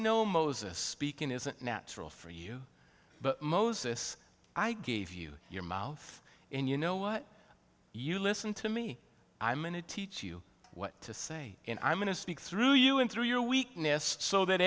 know moses speaking isn't natural for you but moses i gave you your mouth and you know what you listen to me i'm in it teach you what to say and i'm going to speak through you and through your weakness so that